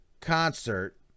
concert